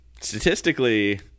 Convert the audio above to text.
Statistically